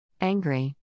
Angry